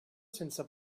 sense